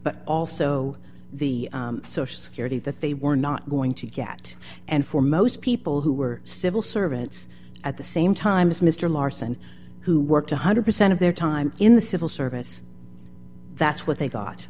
but also the social security that they were not going to get and for most people who were civil servants at the same time as mr larsen who worked one hundred percent of their time in the civil service that's what they got